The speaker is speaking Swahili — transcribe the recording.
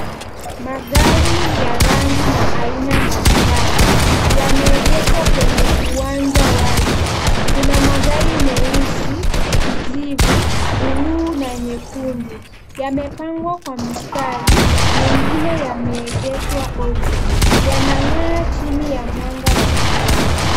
Magari ya rangi na aina mbalimbali, yameegeshwa kwenye uwanja wazi. Kuna magari meusi, kijivu, buluu na nyekundu. Yamepangwa kwa mstari, mengine yameegeshwa ovyo, yanang'aa chini ya mwanga wa jua.